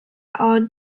are